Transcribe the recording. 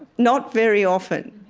not very often.